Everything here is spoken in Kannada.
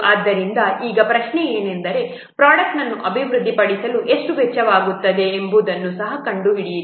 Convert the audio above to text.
ಆದ್ದರಿಂದ ಈಗ ಪ್ರಶ್ನೆ ಏನೆಂದರೆ ಪ್ರೊಡಕ್ಟ್ನನ್ನು ಅಭಿವೃದ್ಧಿಪಡಿಸಲು ಎಷ್ಟು ವೆಚ್ಚವಾಗುತ್ತದೆ ಎಂಬುದನ್ನು ಸಹ ಕಂಡುಹಿಡಿಯಿರಿ